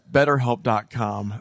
BetterHelp.com